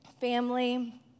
family